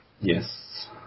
Yes